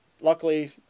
luckily